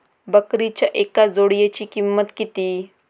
बकरीच्या एका जोडयेची किंमत किती?